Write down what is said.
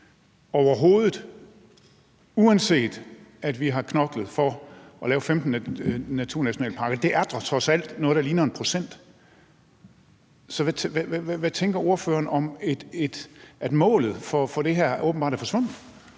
ikke lykkes, uanset at vi har knoklet for at lave 15 naturnationalparker? Det er da trods alt noget, der ligner 1 pct. Så hvad tænker ordføreren om, at målet for det her åbenbart er forsvundet?